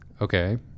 Okay